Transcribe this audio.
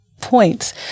points